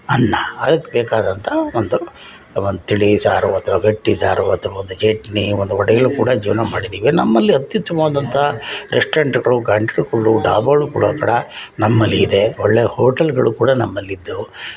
ಅನ್ನ ಅದಕ್ಕೆ ಬೇಕಾದಂಥ ಒಂದು ಒಂದು ತಿಳಿ ಸಾರು ಅಥ್ವಾ ಗಟ್ಟಿ ಸಾರು ಅಥ್ವಾ ಒಂದು ಚಟ್ನಿ ಒಂದು ವಡೇಲು ಕೂಡ ಜೀವನ ಮಾಡಿದ್ದೀವಿ ನಮ್ಮಲ್ಲಿ ಅತಿ ಹೆಚ್ಚಾದಂಥ ರೆಸ್ಟೋರೆಂಟ್ಗಳು ಗಂಟಲುಗಳು ಡಾಬಾಗಳು ಕೂಡ ಆ ಥರ ನಮ್ಮಲ್ಲಿದೆ ಒಳ್ಳೆಯ ಹೋಟೆಲ್ಗಳು ಕೂಡ ನಮ್ಮಲ್ಲಿದ್ದವು